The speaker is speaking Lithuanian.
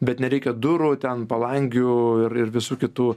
bet nereikia durų ten palangių ir ir visų kitų